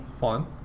Fun